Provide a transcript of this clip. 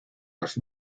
las